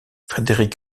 frederik